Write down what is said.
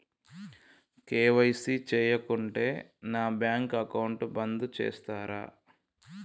KYC చేయకుంటే నా bank account బంద్ చేస్తరా?